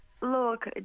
Look